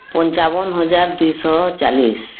ପଞ୍ଚାବନ ହଜାର ଦୁଇଶହ ଚାଳିଶ